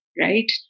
right